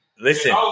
Listen